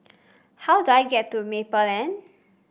how do I get to Maple Lane